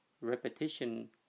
repetition